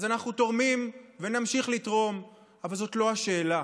אז אנחנו תורמים ונמשיך לתרום, אבל זאת לא השאלה.